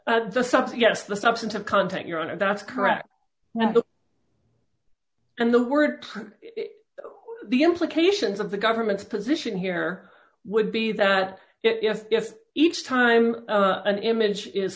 south yes the substantive content you're at that's correct and the word the implications of the government's position here would be that if if each time an image is